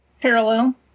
parallel